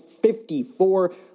54